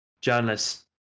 journalists